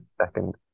second